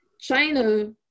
China